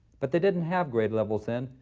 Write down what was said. but they didn't have grade levels then,